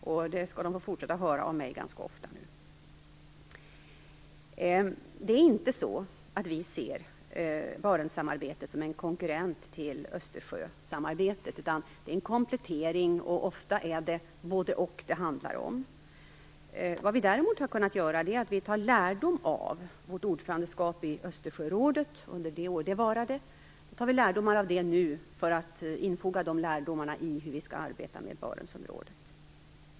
Det skall de få höra av mig ganska ofta i fortsättningen. Vi ser inte Barentssamarbetet som en konkurrent till Östersjösamarbetet, utan det är en komplettering, som ofta handlar om både-och. Vad vi däremot har kunnat göra är att ta lärdom av vårt ordförandeskap i Östersjörådet, som varade i ett år, för att nu infoga de lärdomarna i arbetet i Barentsområdet.